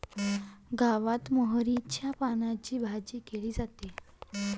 गावात मोहरीच्या पानांची भाजी केली जाते